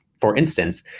for instance,